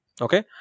Okay